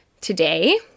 today